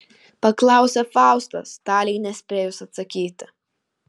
paklausė faustas talei nespėjus atsakyti